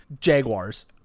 Jaguars